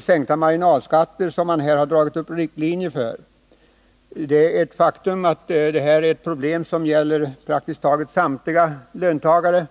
sänkning av marginalskatterna som regeringen här har dragit upp riktlinjerna för. Det är ett faktum att marginalskatterna är ett problem som berör praktiskt taget samtliga löntagare.